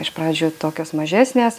iš pradžių tokios mažesnės